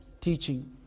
teaching